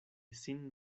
sin